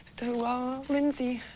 to lindsay,